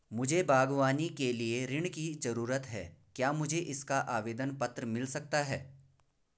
मुझे बागवानी के लिए ऋण की ज़रूरत है क्या मुझे इसका आवेदन पत्र मिल सकता है?